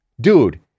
Dude